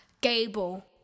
Gable